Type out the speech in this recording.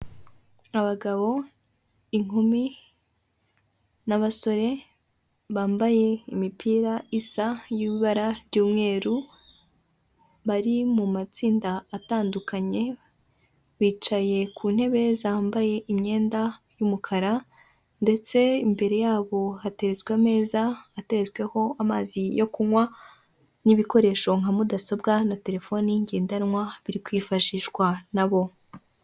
Abagabo, inkumi n'abasore bambaye imipira isa y'bara ry'umweru, bari mu matsinda atandukanye, bicaye ku ntebe zambaye imyenda y'umukara ndetse imbere yabo hatetswe ameza, atetsweho amazi yo kunywa n'ibikoresho nka mudasobwa na telefoni ngendanwa biri kwifashishwa nabo.